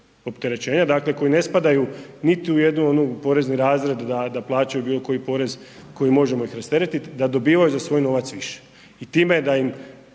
koji ne spadaju niti u jedan onaj porezni razred da plaćaju bilo koji porez kojeg ih možemo rasteretit da dobivaju za svoj novac više